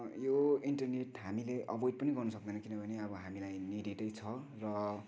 यो इन्टरनेट हामीले एभोइड पनि गर्न सक्दैन किनभने हामीलाई निडेडै छ र